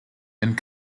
and